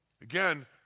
Again